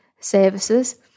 services